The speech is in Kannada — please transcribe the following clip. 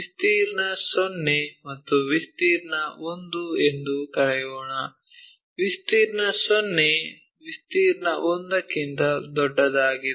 ವಿಸ್ತೀರ್ಣ 0 ಮತ್ತು ವಿಸ್ತೀರ್ಣ 1 ಎಂದು ಕರೆಯೋಣ ವಿಸ್ತೀರ್ಣ 0 ವಿಸ್ತೀರ್ಣ 1 ಗಿಂತ ದೊಡ್ಡದಾಗಿದೆ